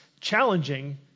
challenging